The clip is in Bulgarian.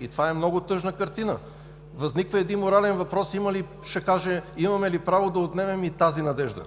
И това е много тъжна картина и възниква един морален въпрос: имаме ли право да отнемем и тази надежда?